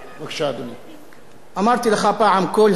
אמרתי לך פעם "כֻּלְ הַוַוא" ואתה הבנת את זה,